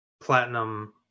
Platinum